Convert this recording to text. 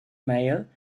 mail